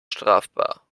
strafbar